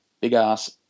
big-ass